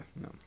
no